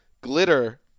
glitter